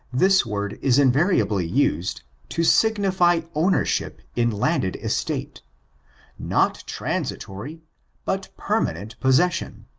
this word is invariably used, to signify ownership in landed estate-a not transitory but permanent possession.